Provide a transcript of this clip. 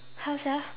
how sia